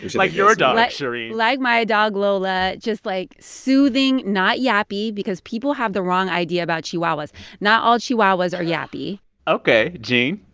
like your dog, shereen like my dog lola. just, like, soothing, not yappy because people have the wrong idea about chihuahuas not all chihuahuas are yappy ok. gene?